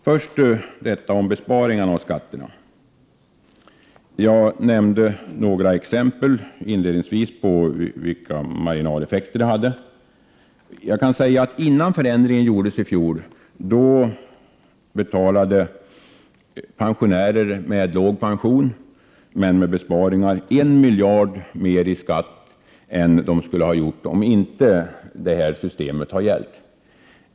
Först detta om besparingar. Jag nämnde inledningsvis några exempel på marginaleffekter. Innan förändringen genomfördes i fjol betalade pensionärer med låg pension men med besparingar en miljard mer i skatt än de skulle ha gjort om inte det här systemet hade gällt.